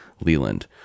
Leland